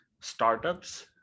startups